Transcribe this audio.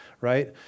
right